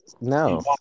No